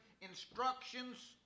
instructions